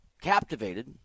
captivated